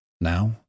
Now